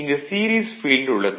இங்கு series field உள்ளது